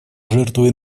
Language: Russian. жертвой